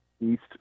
east